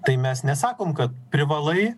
tai mes nesakom kad privalai